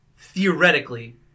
theoretically